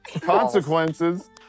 consequences